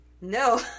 No